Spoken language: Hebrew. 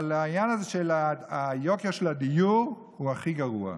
אבל העניין הזה של יוקר הדיור הוא הכי גרוע.